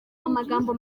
amagambo